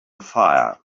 fire